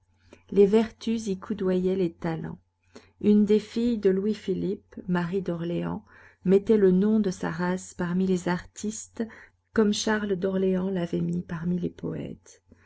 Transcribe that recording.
les vertus y coudoyaient les talents une des filles de louis-philippe marie d'orléans mettait le nom de sa race parmi les artistes comme charles d'orléans l'avait mis parmi les poètes